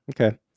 Okay